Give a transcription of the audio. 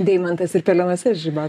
deimantas ir pelenuose žiba